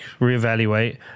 reevaluate